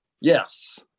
yes